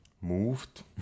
moved